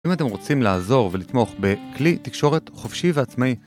אם אתם רוצים לעזור ולתמוך בכלי תקשורת חופשי ועצמאי